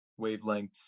wavelengths